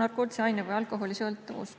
narkootilise aine või alkoholisõltuvus.